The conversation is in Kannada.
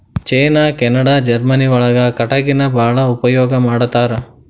ಚೇನಾ ಕೆನಡಾ ಜರ್ಮನಿ ಒಳಗ ಕಟಗಿನ ಬಾಳ ಉಪಯೋಗಾ ಮಾಡತಾರ